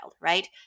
right